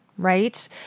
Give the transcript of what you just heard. right